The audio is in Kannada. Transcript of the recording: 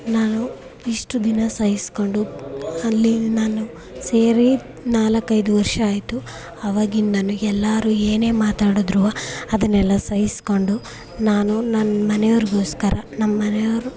ನಾವು ಇಷ್ಟು ದಿನ ಸಹಿಸಿಕೊಂಡು ಅಲ್ಲಿ ನಾನು ಸೇರಿ ನಾಲ್ಕು ಐದು ವರ್ಷ ಆಯಿತು ಅವಾಗಿಂದಲೂ ಎಲ್ಲರೂ ಏನೇ ಮಾತಾಡಿದ್ರೂ ಅದನ್ನೆಲ್ಲ ಸಹಿಸಿಕೊಂಡು ನಾನು ನನ್ನ ಮನೆಯವರಿಗೋಸ್ಕರ ನಮ್ಮ ಮನೆಯವ್ರು